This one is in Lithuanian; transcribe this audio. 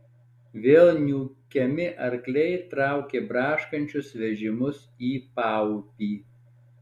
vėl niūkiami arkliai traukė braškančius vežimus į paupį